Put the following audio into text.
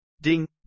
ding